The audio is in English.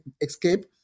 escape